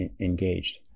engaged